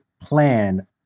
plan